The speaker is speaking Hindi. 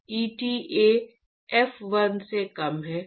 eta f 1 से कम है